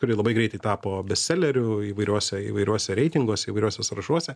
kuri labai greitai tapo bestseleriu įvairiuose įvairiuose reitinguose įvairiuose sąrašuose